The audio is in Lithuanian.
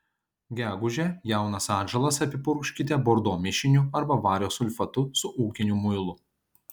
gegužę jaunas atžalas apipurkškite bordo mišiniu arba vario sulfatu su ūkiniu muilu